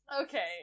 okay